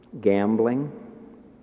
gambling